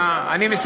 אולי תסביר,